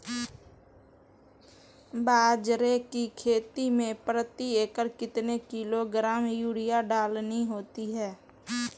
बाजरे की खेती में प्रति एकड़ कितने किलोग्राम यूरिया डालनी होती है?